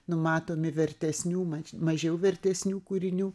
numatomi vertesnių maž mažiau vertesnių kūrinių